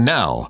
now